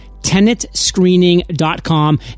TenantScreening.com